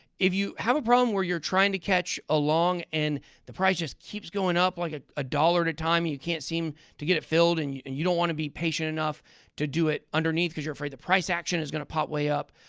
if you have a problem where you're trying to catch a long, and the price just keeps going up like one ah ah dollars at a time, you can't seem to get it filled, and you and you don't want to be patient enough to do it underneath because you're afraid the price action is going to pop way up,